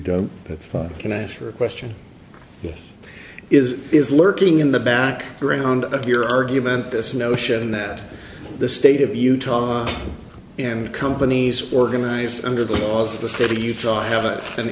fine can i ask your question is is lurking in the back ground of your argument this notion that the state of utah and companies organized under the laws of the state of utah i have an